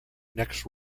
next